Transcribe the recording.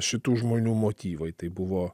šitų žmonių motyvai tai buvo